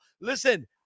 listen